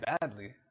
badly